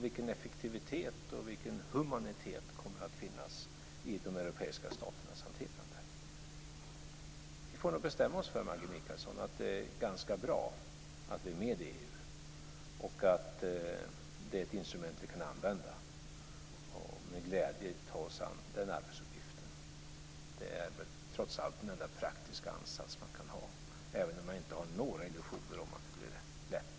Vilken effektivitet och vilken humanitet kommer det att finnas i de europeiska staternas hantering? Vi får nog bestämma oss för, Maggi Mikaelsson, att det är ganska bra att vi är med i EU, att det är ett instrument som vi kan använda oss av och med glädje ta oss an den arbetsuppgiften. Det är väl trots allt den enda praktiska ansats man kan ha även om jag inte har några illusioner om att det blir lätt.